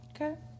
Okay